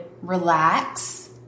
relax